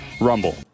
Rumble